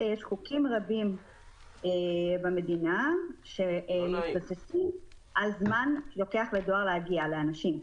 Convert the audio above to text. חוקים רבים במדינה שמתבססים על זמן שלוקח לדואר להגיע לאנשים.